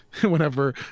whenever